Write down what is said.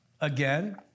Again